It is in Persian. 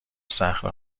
صخره